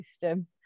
system